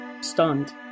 stunned